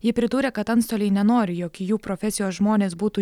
ji pridūrė kad antstoliai nenori jog į jų profesijos žmones būtų